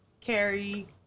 Carrie